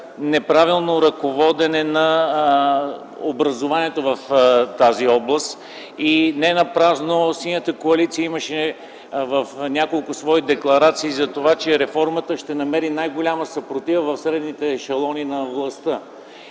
неправилно ръководене на образованието в тази област. Ненапразно Синята коалиция в няколко свои декларации подчертаваше това, че реформата ще намери най-голяма съпротива в средните ешелони на властта.